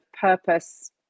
purpose